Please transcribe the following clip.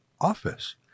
office